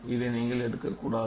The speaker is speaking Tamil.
இதை நீங்கள் எடுக்கக்கூடாது